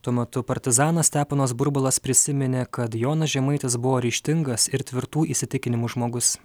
tuo metu partizanas steponas burbulas prisiminė kad jonas žemaitis buvo ryžtingas ir tvirtų įsitikinimų žmogus